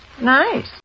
nice